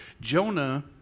Jonah